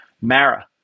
Mara